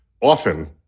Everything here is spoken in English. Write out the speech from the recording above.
often